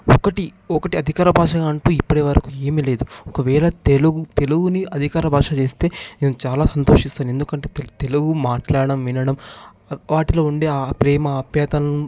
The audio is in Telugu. ఒకటి ఒకటి అధికార భాష అంటు ఇప్పటివరకు ఏమీ లేదు ఒకవేళ తెలుగు తెలుగుని అధికార భాష చేస్తే నేను చాలా సంతోషిస్తాను ఎందుకంటే తెల్ తెలుగు మాట్లాడడం వినడం వాటిలో ఉండే ఆ ప్రేమ ఆప్యాయతలను